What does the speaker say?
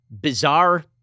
bizarre